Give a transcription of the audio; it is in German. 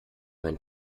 mein